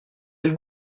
quel